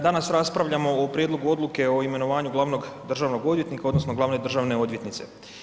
Danas raspravljamo o Prijedlogu odluke o imenovanju glavnog državnog odvjetnika odnosno glavne državne odvjetnice.